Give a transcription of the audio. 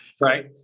right